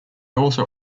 also